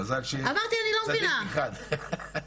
מזל שיש צדיק אחד.